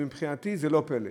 שמבחינתי זה לא פלא.